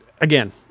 again